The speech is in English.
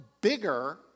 bigger